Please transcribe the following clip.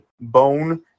bone